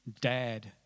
dad